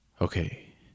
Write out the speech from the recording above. Okay